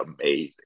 amazing